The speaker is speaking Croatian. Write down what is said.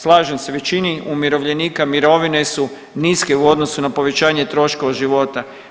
Slažem se većini umirovljenika mirovine su niske u odnosu na povećanje troškova života.